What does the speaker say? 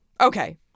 Okay